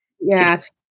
Yes